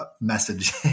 message